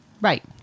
right